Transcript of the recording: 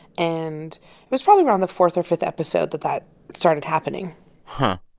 and it was probably around the fourth or fifth episode that that started happening huh.